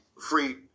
free